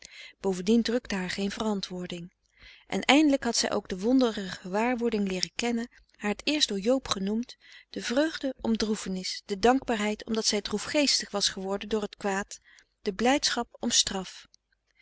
bovendien drukte haar geen verantwoording en eindelijk had zij ook de wondere gewaarwording leeren kennen haar t eerst door joob genoemd de vreugde om droefenis de dankbaarheid omdat zij droefgeestig was geworden door t kwaad de blijdschap om straf